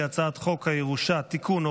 ההצעה להעביר את הצעת חוק הירושה) תיקון,